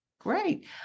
Great